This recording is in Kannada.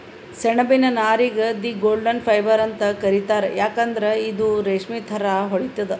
ಸೆಣಬಿನ್ ನಾರಿಗ್ ದಿ ಗೋಲ್ಡನ್ ಫೈಬರ್ ಅಂತ್ ಕರಿತಾರ್ ಯಾಕಂದ್ರ್ ಇದು ರೇಶ್ಮಿ ಥರಾ ಹೊಳಿತದ್